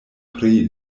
pri